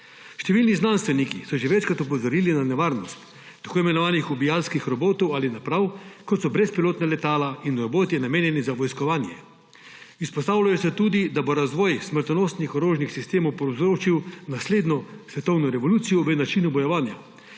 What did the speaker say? Številni znanstveniki so že večkrat opozorili na nevarnost tako imenovanih ubijalskih robotov ali naprav, kot so brezpilotna letala in roboti, namenjeni za vojskovanje. Izpostavlja se tudi, da bo razvoj smrtonosnih orožnih sistemov povzročil naslednjo svetovno revolucijo v načinu bojevanja,